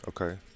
okay